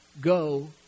go